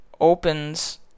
opens